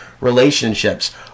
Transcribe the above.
relationships